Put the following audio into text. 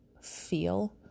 feel